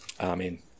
Amen